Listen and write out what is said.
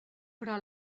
però